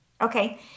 Okay